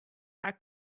are